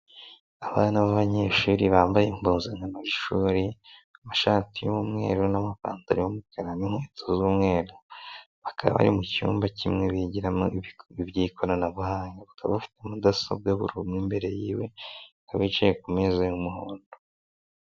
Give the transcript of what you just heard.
Abana b'abanyeshuri bambaye impuzankano y'ishuri, amashati y'umweru n'amapantaro y'umukara n'inkweto z'umweru. Bakaba bari mu cyumba kimwe bigiramo iby'ikoranabuhanga bakaba bafite mudasobwa buri umwe imbere yiwe, bakaba bicaye ku meza y'umuhondo.